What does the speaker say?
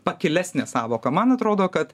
pakilesnė sąvoka man atrodo kad